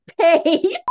pay